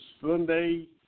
Sunday